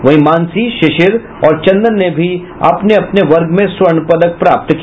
वहीं मानसी शिशिर और चंदन ने भी अपने अपने वर्ग में स्वर्ण पदक प्राप्त किया